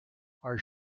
are